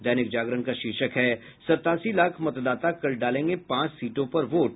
दैनिक जागरण का शीर्षक है सत्तासी लाख मतदाता कल डालेंगे पांच सीटों पर बोट